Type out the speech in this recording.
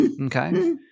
Okay